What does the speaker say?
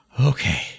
Okay